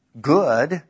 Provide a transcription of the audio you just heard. good